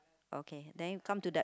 okay then you come to that